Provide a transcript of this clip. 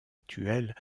actuelles